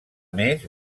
més